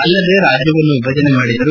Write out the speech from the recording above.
ಅಲ್ಲದೇ ರಾಜ್ಯವನ್ನು ವಿಭಜನೆ ಮಾಡಿದರು